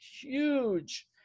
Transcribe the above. huge